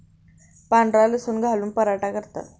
पांढरा लसूण घालून पराठा करतात